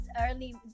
early